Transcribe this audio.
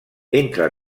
entre